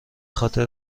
خاطر